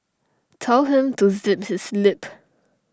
tell him to zip his lip